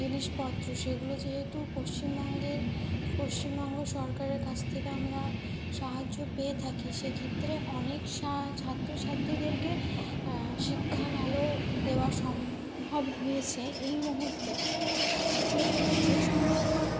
জিনিসপত্র সেগুলো যেহেতু পশ্চিমবঙ্গের পশ্চিমবঙ্গ সরকারের কাছ থেকে আমরা সাহায্য পেয়ে থাকি সেক্ষেত্রে অনেক ছাত্র ছাত্রীদেরকে শিক্ষার আলো দেওয়া সম্ভব হয়েছে এই মুহূর্তে সেক্ষেত্রে যে সমস্ত